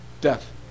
death